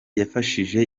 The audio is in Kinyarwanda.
yafashije